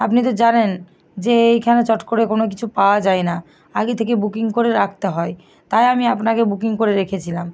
আপনি তো জানেন যে এইখানে চট করে কোনো কিছু পাওয়া যায় না আগে থেকে বুকিং করে রাখতে হয় তাই আমি আপনাকে বুকিং করে রেখেছিলাম